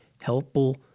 helpful